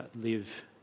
live